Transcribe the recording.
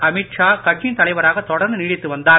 அமீத் ஷா கட்சியின் தலைவராக தொடர்ந்து நீடித்து வந்தார்